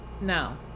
Now